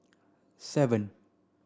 seven